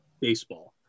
baseball